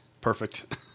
Perfect